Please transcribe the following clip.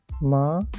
ma